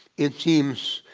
it seems,